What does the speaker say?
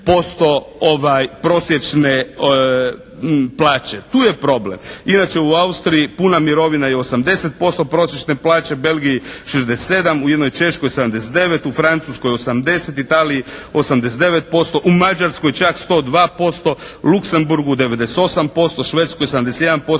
u Austriji puna mirovina je 80% prosječne plaće, Belgiji 67, u jednoj Češkoj 79, u Francuskoj 80, Italiji 89%, u Mađarskoj čak 102%, Luksemburgu 98%, Švedskoj 71%